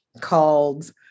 called